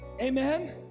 Amen